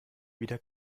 wieder